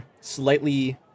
slightly